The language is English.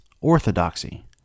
Orthodoxy